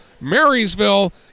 Marysville